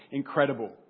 incredible